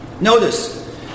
Notice